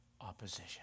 opposition